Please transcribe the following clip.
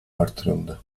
artırıldı